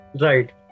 Right